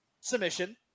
submission